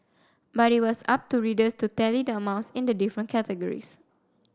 but it was up to readers to tally the amounts in the different categories